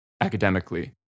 academically